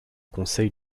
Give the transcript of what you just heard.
conseil